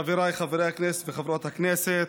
חבריי חברי הכנסת וחברות הכנסת,